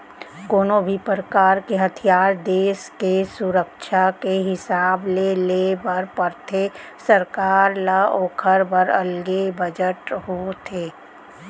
कोनो भी परकार के हथियार देस के सुरक्छा के हिसाब ले ले बर परथे सरकार ल ओखर बर अलगे बजट होथे